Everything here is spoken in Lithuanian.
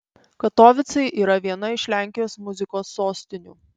katovicai yra viena iš lenkijos muzikos sostinių